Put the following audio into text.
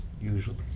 usually